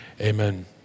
amen